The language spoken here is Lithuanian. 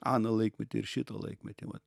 aną laikmetį ir šitą laikmetį vat